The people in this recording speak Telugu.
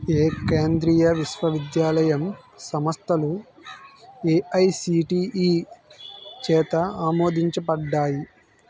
ఏ కేంద్రీయ విశ్వవిద్యాలయం సంస్థలు ఏఐసిటిఈ చేత ఆమోదించబడ్డాయి